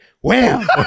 wham